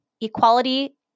equality